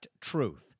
Truth